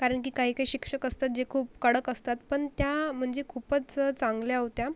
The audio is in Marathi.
कारण की काही काही शिक्षक असतात जे खूप कडक असतात पण त्या म्हणजे खूपच चांगल्या होत्या